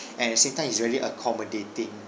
and at the same time he's very accommodating